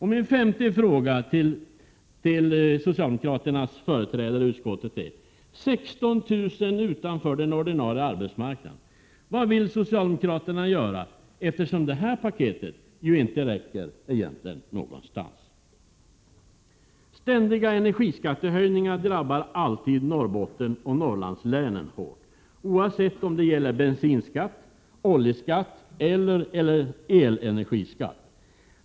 Min femte fråga till socialdemokraternas företrädare i utskottet är: 16 000 utanför den ordinarie arbetsmarknaden — vad vill socialdemokraterna göra, eftersom det här paketet ju egentligen inte räcker någonstans? Ständiga energiskattehöjningar drabbar alltid Norrbotten och Norrlandslänen hårt, oavsett om det gäller bensinskatt, oljeskatt eller elenergiskatt.